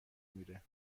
میره